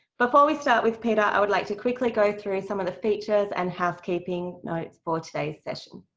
before we start with peter, i would like to quickly go through some of the features and housekeeping notes for today's session.